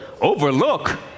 overlook